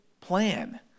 plan